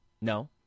No